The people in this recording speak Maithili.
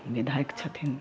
बिधायक छथिन